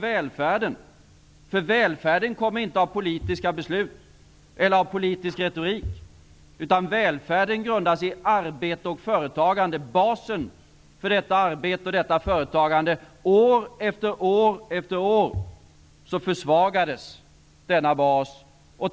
Välfärden kommer inte av politiska beslut eller politisk retorik, utan välfärden grundas i arbete och företagande. Basen för detta arbete och detta företagande försvagades år efter år.